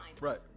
right